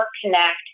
connect